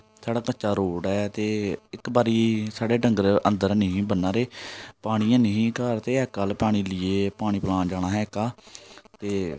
साढ़ा कच्चा रोड ऐ ते इक बारी साढ़े डंगर अंदर ऐनी बन्ने दे पानी ऐनी घर ते कल पानी लेइयै पानी पलान जाना हा एह्का ते